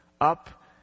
Up